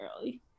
early